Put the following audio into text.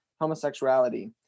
homosexuality